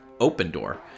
Opendoor